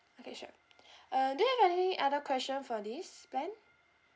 okay sure uh do you have any other question for this plan